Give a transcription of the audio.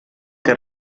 que